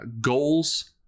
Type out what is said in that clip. goals